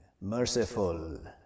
merciful